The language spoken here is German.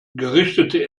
gerichtete